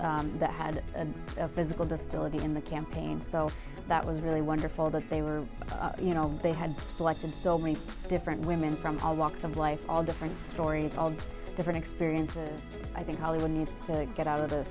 one that had a physical disability in the campaign so that was really wonderful that they were you know they had selected so many different women from all walks of life all different stories all different experiences i think hollywood needs to get out of th